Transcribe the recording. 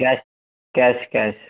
cash cash cash